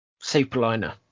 superliner